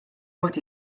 mod